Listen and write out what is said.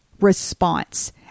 response